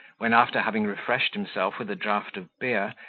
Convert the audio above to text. when, after having refreshed himself with a draught of beer,